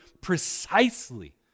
precisely